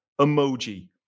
emoji